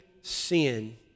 sin